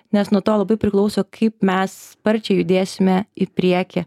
nes nuo to labai priklauso kaip mes sparčiai judėsime į priekį